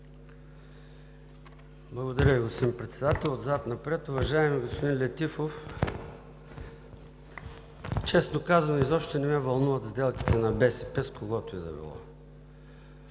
Благодаря Ви, господин Председател. Отзад напред. Уважаеми господин Летифов, честно казано изобщо не ме вълнуват сделките на БСП с когото и да било,